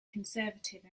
conservative